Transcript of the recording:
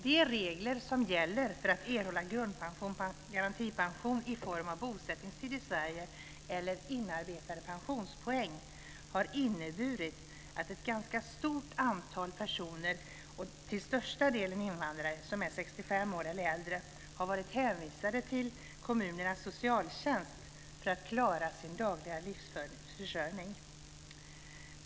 De regler som gäller för att erhålla grundpension eller garantipension i Sverige utgår från bosättningstid eller inarbetade pensionspoäng och har inneburit att ett ganska stort antal personer, till största delen invandrare som är 65 år eller äldre, har varit hänvisade till kommunernas socialtjänst för att klara sin dagliga försörjning.